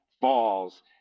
falls